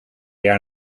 jaar